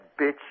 bitch